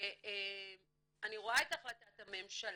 שאני רואה את החלטת הממשלה,